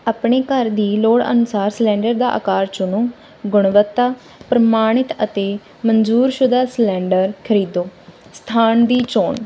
ਆਪਣੇ ਘਰ ਦੀ ਲੋੜ ਅਨੁਸਾਰ ਸਿਲੰਡਰ ਦਾ ਆਕਾਰ ਚੁਣੋ ਗੁਣਵੱਤਾ ਪ੍ਰਮਾਣਿਤ ਅਤੇ ਮਨਜ਼ੂਰ ਸ਼ੁਧਾ ਸਿਲੰਡਰ ਖਰੀਦੋ ਸਥਾਨ ਦੀ ਚੋਣ